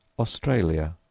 australia,